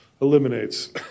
eliminates